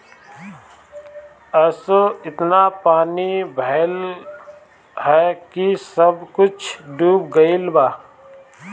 असो एतना पानी भइल हअ की सब कुछ डूब गईल बा